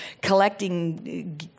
collecting